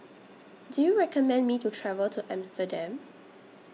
Do YOU recommend Me to travel to Amsterdam